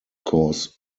cause